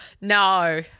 No